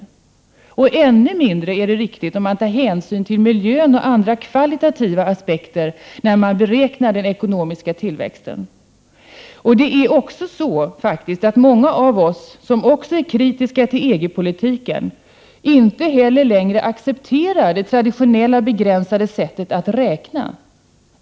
Detta är ännu mindre riktigt om man tar hänsyn till miljön och andra kvalitativa aspekter vid beräkningen av den ekonomiska tillväxten. Det är ju faktiskt så, att många av oss som är kritiska till EG-politiken inte heller längre accepterar det traditionella begränsade sättet att räkna.